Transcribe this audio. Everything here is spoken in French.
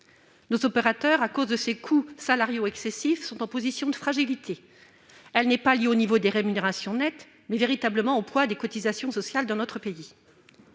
Nos opérateurs, à cause de ces coûts salariaux excessifs, sont en position de fragilité, laquelle n'est pas liée au niveau des rémunérations nettes mais véritablement au poids des cotisations sociales dans notre pays.